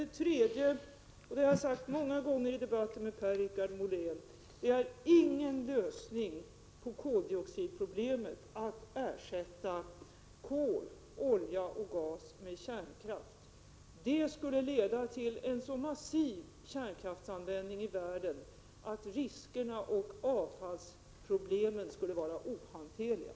Dessutom, och det har jag sagt många gånger i debatter med Per-Richard Molén, är det ingen lösning på koldioxidproblemet att ersätta kol, olja och gas med kärnkraft. Det skulle leda till en så massiv kärnkraftsanvändning i världen att riskerna och avfallsproblemen skulle bli ohanterliga.